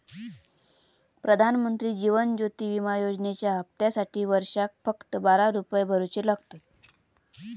प्रधानमंत्री जीवन ज्योति विमा योजनेच्या हप्त्यासाटी वर्षाक फक्त बारा रुपये भरुचे लागतत